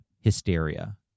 hysteria